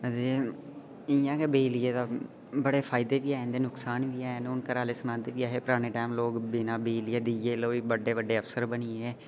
ते इं'या गै बिजलियै दा बड़े हैन